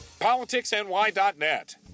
PoliticsNY.net